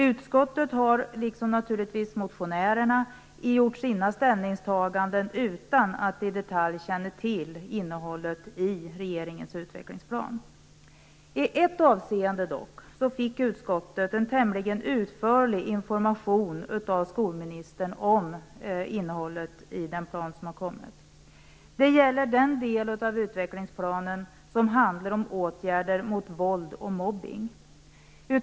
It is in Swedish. Utskottet har - liksom, naturligtvis, motionärerna - gjort sina ställningstaganden utan att i detalj känna till innehållet i regeringens utvecklingsplan. I ett avseende fick dock utskottet tämligen utförlig information av skolministern om innehållet i den plan som har kommit. Det gäller den del av utvecklingsplanen som handlar om åtgärder mot våld och mobbning.